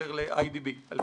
ישראייר לאיי די בי ב-2009.